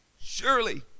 Surely